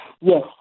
Yes